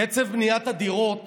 קצב בניית הדירות